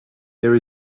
there